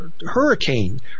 Hurricane